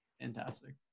fantastic